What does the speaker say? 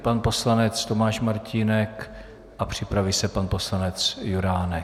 Pan poslanec Tomáš Martínek, připraví se pan poslanec Juránek.